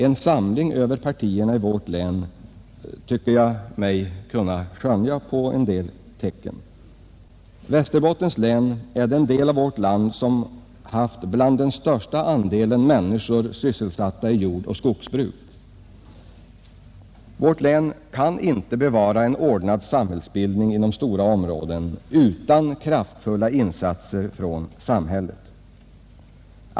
En samling över partierna tycker jag mig kunna skönja i vårt län. Västerbottens län hör till delar av vårt land som haft den största andelen människor sysselsatta i jordoch skogsbruk. Vårt län kan inte bevara en ordnad samhällsbildning inom stora områden utan kraftfulla insatser från det allmänna.